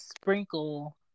sprinkle